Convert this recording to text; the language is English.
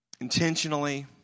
intentionally